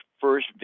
first